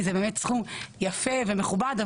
זה באמת סכום יפה ומכובד,